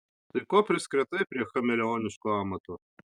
tai ko priskretai prie chameleoniško amato